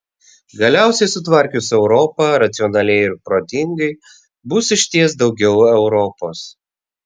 galiausiai sutvarkius europą racionaliai ir protingai bus išties daugiau europos